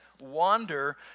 wander